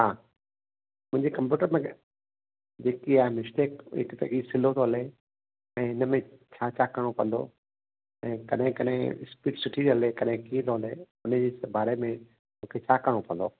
हा मुंहिंजे कंप्यूटर में जेकी आहे मिस्टेक हिक त हीउ सिलो थो हले ऐं हिन में छा छा करिणो पवंदो ऐं कॾहिं कॾहिं स्पीड सुठी थी हले कॾहिं कीअं थो हले उन जे बारे में मूंखे छा करिणो पवंदो